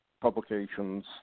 publications